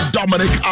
Dominic